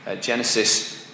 Genesis